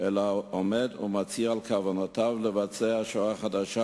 אלא עומד ומצהיר על כוונותיו לבצע שואה חדשה.